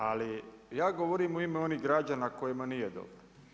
Ali ja govorim u ime onih građana kojima nije dobro.